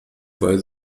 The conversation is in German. weil